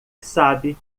sabe